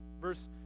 Verse